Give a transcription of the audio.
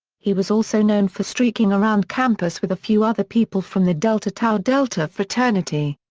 he was also known for streaking around campus with a few other people from the delta tau delta fraternity.